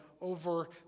over